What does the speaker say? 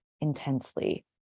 intensely